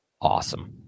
awesome